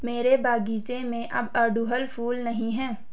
मेरे बगीचे में अब अड़हुल फूल नहीं हैं